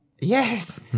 Yes